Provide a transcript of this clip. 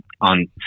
on